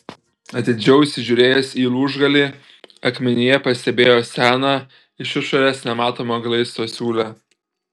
atidžiau įsižiūrėjęs į lūžgalį akmenyje pastebėjo seną iš išorės nematomą glaisto siūlę